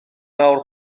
mawr